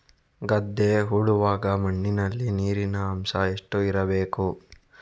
ಗದ್ದೆ ಉಳುವಾಗ ಮಣ್ಣಿನಲ್ಲಿ ನೀರಿನ ಅಂಶ ಎಷ್ಟು ಇರಬೇಕು?